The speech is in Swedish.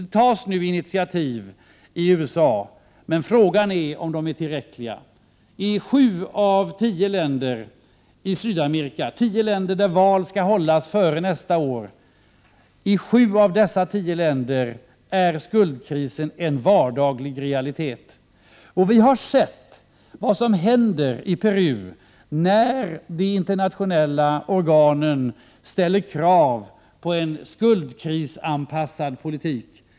Det tas nu initiativ i USA, men frågan är om dessa är tillräckliga. I sju av tio länder i Sydamerika där val skall hållas före nästa år är skuldkrisen en vardaglig realitet. Vi har sett vad som händer i Peru när de internationella organen ställer krav på en skuldkrisanpassad politik.